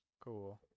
Cool